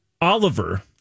Oliver